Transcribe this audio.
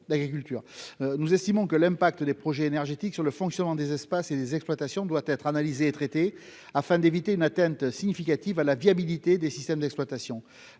nous estimons que l'impact des projets énergétiques sur le fonctionnement des espaces et des exploitations doit être analysée et traitée afin d'éviter une atteinte significative à la viabilité des systèmes d'exploitation,